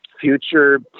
future